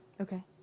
Okay